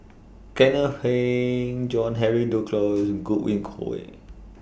Kenneth Keng John Henry Duclos Godwin Koay